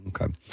Okay